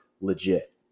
legit